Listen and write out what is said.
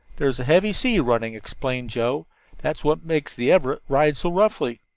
there's a heavy sea running, explained joe that's what makes the everett ride so roughly.